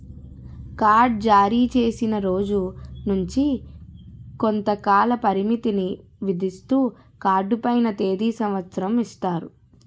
card జారీచేసిన రోజు నుంచి కొంతకాల పరిమితిని విధిస్తూ కార్డు పైన తేది సంవత్సరం ఇస్తారు